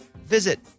visit